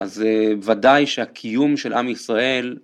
אז וודאי שהקיום של עם ישראל